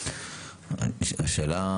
השאלה,